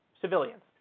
Civilians